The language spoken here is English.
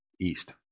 east